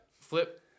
flip